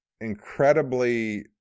incredibly